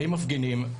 באים מפגינים,